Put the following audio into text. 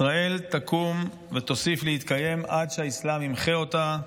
ישראל תקום ותוסיף להתקיים עד שהאסלאם ימחה אותה.